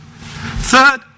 Third